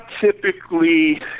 typically